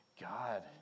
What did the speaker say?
God